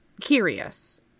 curious